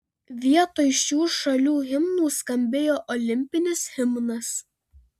vietoj šių šalių himnų skambėjo olimpinis himnas